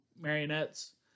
marionettes